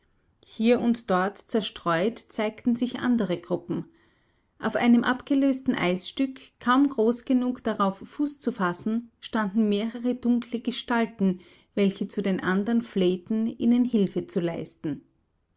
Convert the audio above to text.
hier und dort zerstreut zeigten sich andere gruppen auf einem abgelösten eisstück kaum groß genug darauf fuß zu fassen standen mehrere dunkle gestalten welche zu den andern flehten ihnen hilfe zu leisten